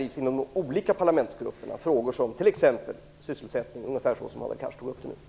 Inom de olika parlamentsgrupperna skall olika frågor drivas, t.ex. sysselsättningsfrågan. Det skall vara ungefär så som